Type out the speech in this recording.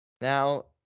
Now